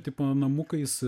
tipo namukais